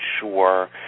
sure